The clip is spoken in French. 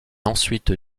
ensuite